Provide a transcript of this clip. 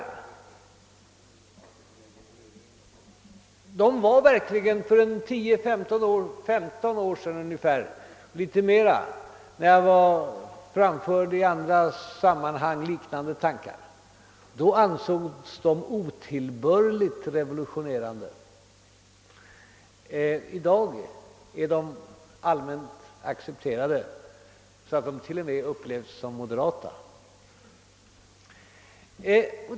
När man i andra sammanhang för ungefär 10—15 år sedan framförde liknande tankar, ansågs de otillbörligt revolutionerande. I dag är de så allmänt accepterade att de t.o.m. upplevs som moderata.